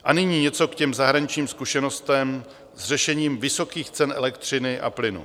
A nyní něco k těm zahraničním zkušenostem s řešením vysokých cen elektřiny a plynu.